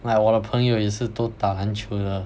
like 我的朋友也是都打篮球的